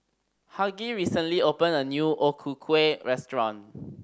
Hughie recently opened a new O Ku Kueh restaurant